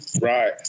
Right